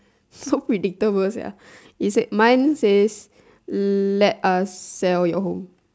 so predictable sia it said mine says l~ let us sell your home